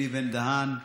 אלי בן-דהן,